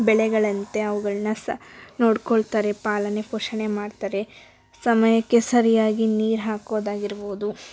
ಬೆಳೆಗಳಂತೆ ಅವುಗಳನ್ನ ಸಹ ನೋಡ್ಕೊಳ್ತಾರೆ ಪಾಲನೆ ಪೋಷಣೆ ಮಾಡ್ತಾರೆ ಸಮಯಕ್ಕೆ ಸರಿಯಾಗಿ ನೀರು ಹಾಕೋದಾಗಿರ್ಬೋದು